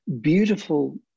beautiful